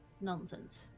nonsense